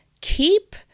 keep